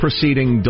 Proceeding